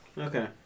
Okay